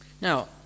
Now